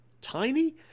tiny